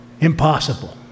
Impossible